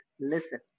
listen